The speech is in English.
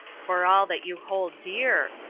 for all that you hold dear,